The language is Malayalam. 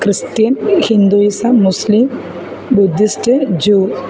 Christian Hinduism Muslim Buddhist Jude